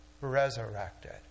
resurrected